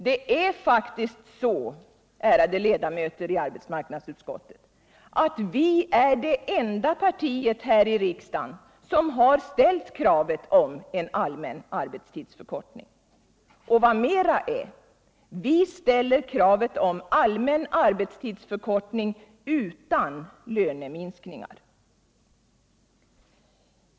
Det är faktiskt så, ärade ledamöter av arbetsmarknadsutskottet, att vi är det enda part här i riksdagen som har ställt kravet på en allmän arbetstidsförkortning. Och vad mera är— vi ställer kravet på allmän arbetstidsförkortning utan löneminskningar.